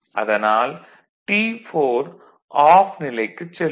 அதனால் T4 off நிலைக்குச் செல்லும்